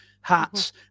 hats